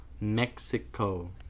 Mexico